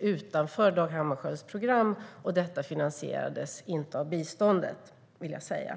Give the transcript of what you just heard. utanför Dag Hammarskjöldfondens program, och det finansierades inte av biståndet, vill jag säga.